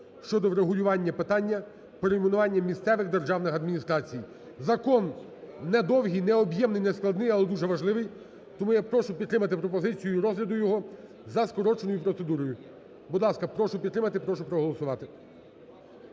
щодо врегулювання питання перейменування місцевих державних адміністрацій. Закон не довгий, не об'ємний, не складний, але дуже важливий. Тому я прошу підтримати пропозицію розгляду його за скороченою процедурою. Будь ласка, прошу підтримати, прошу проголосувати.